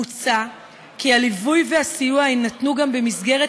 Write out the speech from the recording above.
מוצע כי הליווי והסיוע יינתנו גם במסגרת